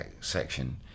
section